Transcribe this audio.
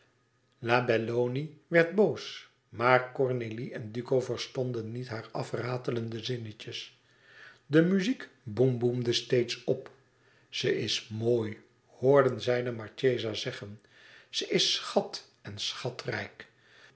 la belloni werd boos maar cornélie en duco verstonden niet hare afratelende zinnetjes de muziek boem boemde steeds op ze is mooi hoorden zij de marchesa zeggen ze is schat en schatrijk